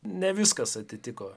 ne viskas atitiko